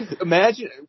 Imagine